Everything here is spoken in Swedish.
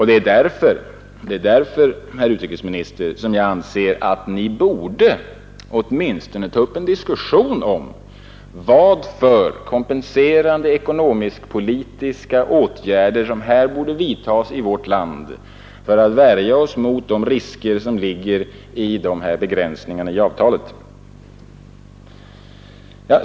Det är därför, herr utrikesminister, som jag anser att Ni åtminstone borde ta upp en diskussion om vilka kompenserande ekonomisk-politiska åtgärder vi borde vidta i vårt land för att värja oss mot de risker som ligger i begränsningarna i avtalet.